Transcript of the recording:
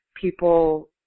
people